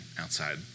outside